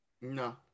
No